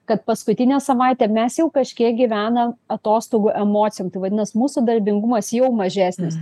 kad paskutinę savaitę mes jau kažkiek gyvenam atostogų emocijom tai vadinasi mūsų darbingumas jau mažesnis